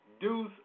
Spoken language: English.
deuce